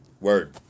Word